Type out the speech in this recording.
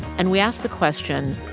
and we ask the question,